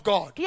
God